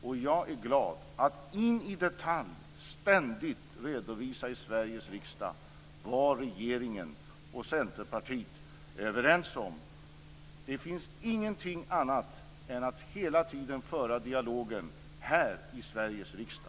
Och jag är glad att in i detalj ständigt redovisa i Sveriges riksdag vad regeringen och Centerpartiet är överens om. Det finns ingenting annat än att hela tiden föra dialogen här i Sveriges riksdag.